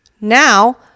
Now